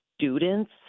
students